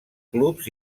clubs